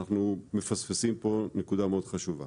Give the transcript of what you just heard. אנחנו מפספסים פה נקודה חשובה.